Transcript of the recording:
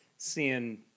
Seeing